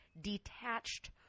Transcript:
detached